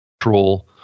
control